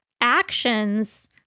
actions